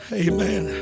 amen